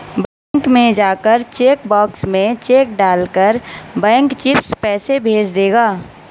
bank में जाकर cheque box में चेक डाल कर बैंक चिप्स पैसे भेज देगा